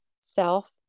self